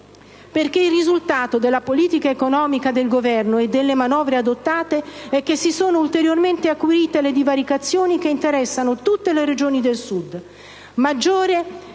Il risultato della politica economica del Governo e delle manovre adottate è che si sono ulteriormente acuite le divaricazioni che interessano tutte le regioni del Sud.